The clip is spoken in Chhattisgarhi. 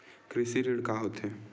कृषि ऋण का होथे?